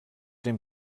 den